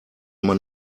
man